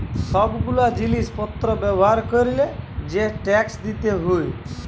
সব গুলা জিলিস পত্র ব্যবহার ক্যরলে যে ট্যাক্স দিতে হউ